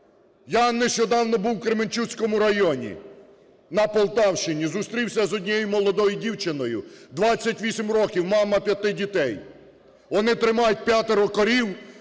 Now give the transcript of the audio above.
Я нещодавно був у Кременчуцькому районі на Полтавщині, зустрівся з однією молодою дівчиною: 28 років, мама п'яти дітей. Вони тримають п'ятеро корів,